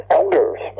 elders